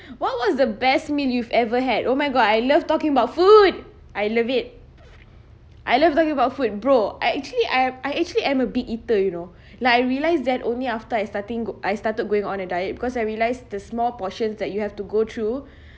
what was the best meal you've ever had oh my god I love talking about food I love it I love talking about food bro I actually I've I actually am a big eater you know like I realised that only after I starting I started going on a diet because I realised the small portions that you have to go through